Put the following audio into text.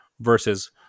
versus